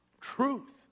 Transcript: truth